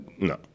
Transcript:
no